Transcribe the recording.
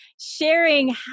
sharing